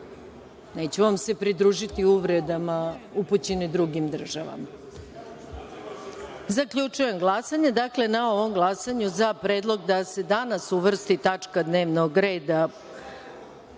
Neću vam se pridružiti uvredama upućenim drugim državama. Zaključujem glasanje. Dakle, na ovom glasanju za predlog da se danas uvrsti tačka dnevnog reda